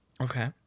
Okay